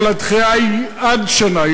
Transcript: אבל הדחייה היא עד שנה,